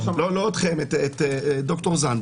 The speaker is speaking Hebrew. לא אתכם, את איל זדנברג.